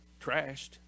trashed